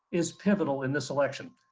is pivotal in this election.